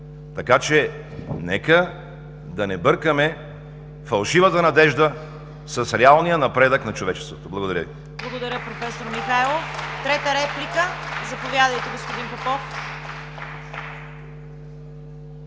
Така че нека да не бъркаме фалшивата надежда с реалния напредък на човечеството. Благодаря Ви.